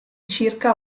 circa